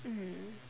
mmhmm